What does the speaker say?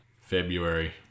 February